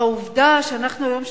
העובדה שאנחנו היום,